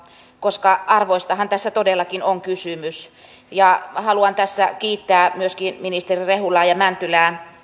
koska arvoistahan tässä todellakin on kysymys haluan tässä kiittää myöskin ministeri rehulaa ja ministeri mäntylää